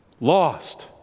Lost